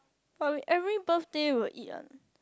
but we every birthday we will eat one